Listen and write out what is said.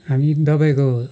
हामी दबाईको